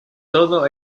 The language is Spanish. todo